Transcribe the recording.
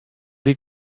dir